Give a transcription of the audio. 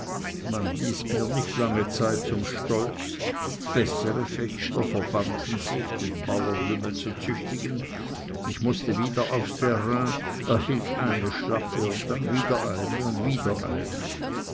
man ließ mir nicht lange zeit zum stolz bessere fechter verbanden sich den bauernlümmel zu züchtigen ich mußte wieder aufs terrain erhielt eine schlappe und dann wieder eine und wieder eine